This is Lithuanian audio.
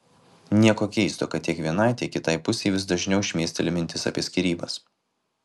nieko keisto kad tiek vienai tiek kitai pusei vis dažniau šmėsteli mintis apie skyrybas